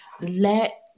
let